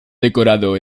decorado